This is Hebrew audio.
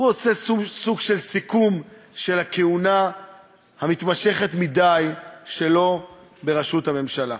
עושה סוג של סיכום של הכהונה המתמשכת מדי שלו בראשות הממשלה.